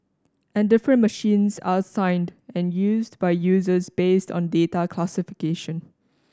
and different machines are assigned and used by users based on data classification